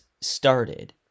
started